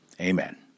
Amen